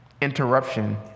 interruption